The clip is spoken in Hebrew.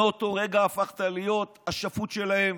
מאותו רגע הפכת להיות השפוט שלהם